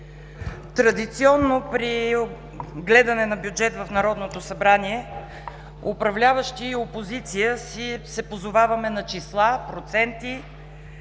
Традиционно при гледане на бюджет в Народното събрание управляващи и опозиция се позоваваме на числа, проценти,